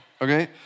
Okay